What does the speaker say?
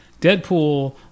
Deadpool